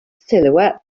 silhouette